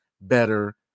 better